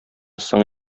соң